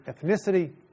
ethnicity